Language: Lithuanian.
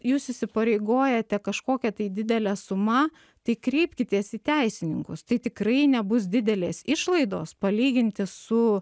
jūs įsipareigojate kažkokia tai didele suma tai kreipkitės į teisininkus tai tikrai nebus didelės išlaidos palyginti su